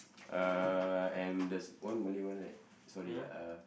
uh and there's one Malay one right sorry ah uh